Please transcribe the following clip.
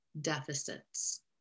deficits